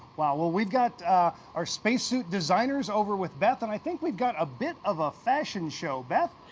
wow, well, we've got our spacesuit designers over with beth and i think we've got a bit of a fashion show, beth?